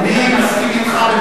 אני מסכים אתך.